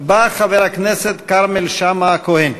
בא חבר הכנסת כרמל שאמה-הכהן.